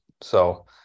So-